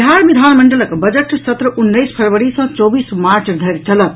बिहार विधानमंडलक बजट सत्र उन्नैस फरवरी सँ चौबीस मार्च धरि चलत